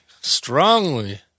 strongly